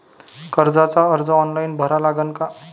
कर्जाचा अर्ज ऑनलाईन भरा लागन का?